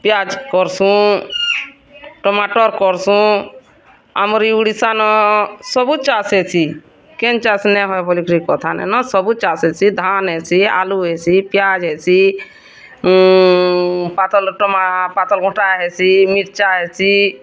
ପିଆଜ କର୍ସୁଁ ଟମାଟ୍ର କର୍ସୁଁ ଆମର୍ ଊଡ଼ିଶା ନ ସବୁଚାଷ ହେସୀ କେନ୍ ଚାଷ୍ ନାଇ ହେସୀ କଥା ନାଇନ ସବୁ ଚାଷ୍ ହେସି ଧାନ୍ ଚାଷ୍ ଆଳୁ ହେସି ପିଆଜ ହେସି ପାତଲ ଟମାଟର ପାତଲ୍ଘଣ୍ଟାା ଚାଷ୍ ହେସି ମିର୍ଚ୍ଚା ଚାଷ୍ ହେସି